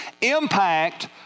impact